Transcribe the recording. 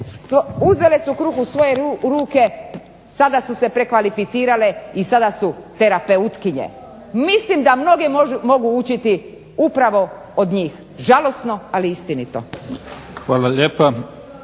Uzele su kruh u svoje ruke, sada su se prekvalificirale i sada su terapeutkinje. Mislim da mnoge mogu učiti upravo od njih. Žalosno, ali istinito.